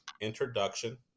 introduction